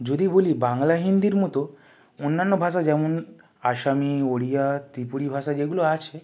যদি বলি বাংলা হিন্দির মতো অন্যান্য ভাষা যেমন আসামি ওড়িয়া ত্রিপুরী ভাষা যেগুলো আছে